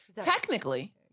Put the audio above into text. Technically